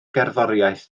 gerddoriaeth